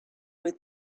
what